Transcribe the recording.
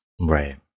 Right